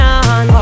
on